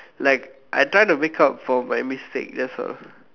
like I trying to make up for my mistake that's all